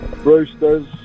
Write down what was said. Roosters